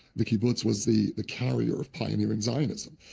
the kibbutz was the the carrier of pioneering zionism.